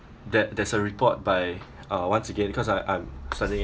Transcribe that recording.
that there's a report by uh once again because I I'm studying